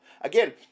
Again